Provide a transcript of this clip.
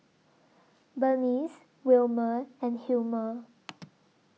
Bernice Wilmer and Hilmer